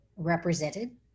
represented